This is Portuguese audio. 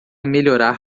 melhorar